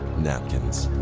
napkins.